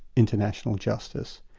international justice,